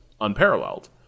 unparalleled